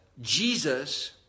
Jesus